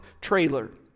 trailer